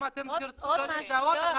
אם למשרד הבריאות יש סיבה שהוא לא מסוגל אנחנו